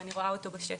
ואני רואה אותו בשטח.